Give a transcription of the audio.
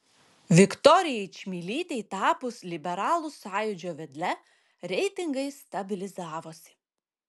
viktorijai čmilytei tapus liberalų sąjūdžio vedle reitingai stabilizavosi